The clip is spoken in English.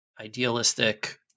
idealistic